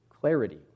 clarity